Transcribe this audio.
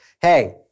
Hey